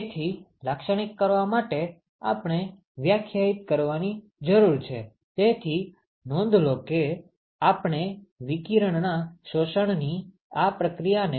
તેથી લાક્ષણિક કરવા માટે આપણે વ્યાખ્યાયિત કરવાની જરૂર છે તેથી નોંધ લો કે આપણે વિકિરણના શોષણની આ પ્રક્રિયાને લાક્ષણિક કરવા માગીએ છીએ